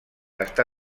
està